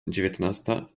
dziewiętnasta